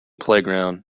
playground